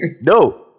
No